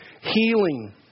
healing